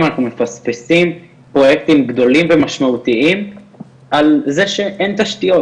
אנחנו מפספסים פרויקטים גדולים ומשמעותיים על זה שאין תשתיות,